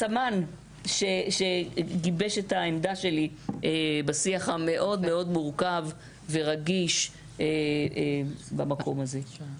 הסמן שגיבש את העמדה שלי בשיח המאוד מורכב ורגיש במקום הזה.